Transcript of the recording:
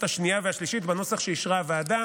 השנייה והשלישית בנוסח שאישרה הוועדה.